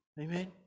Amen